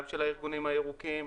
גם של הארגונים הירוקים,